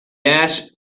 asks